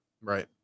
Right